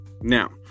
Now